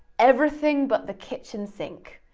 everything but the kitchen sink,